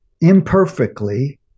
imperfectly